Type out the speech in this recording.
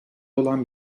olan